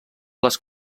les